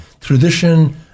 tradition